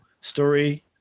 story